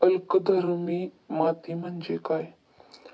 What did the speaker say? अल्कधर्मी माती म्हणजे काय?